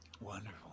Wonderful